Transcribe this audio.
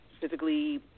physically